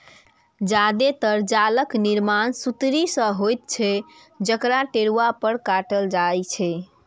जादेतर जालक निर्माण सुतरी सं होइत छै, जकरा टेरुआ पर काटल जाइ छै